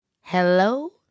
Hello